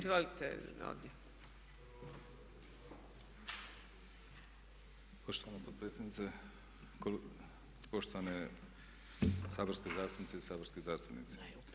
Poštovana potpredsjednice, poštovane saborske zastupnice i saborski zastupnici.